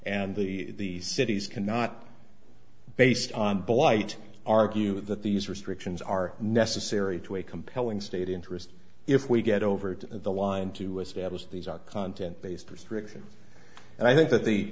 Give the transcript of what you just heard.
and the city's cannot based on blight argue that these restrictions are necessary to a compelling state interest if we get over the line to establish these are content based restrictions and i think that the